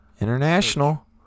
International